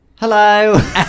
hello